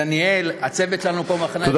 ודניאל, הצוות שלנו פה במחנה הציוני.